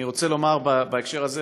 אני רוצה לומר בהקשר הזה,